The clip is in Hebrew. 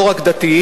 לא רק דתיים,